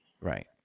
Right